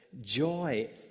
joy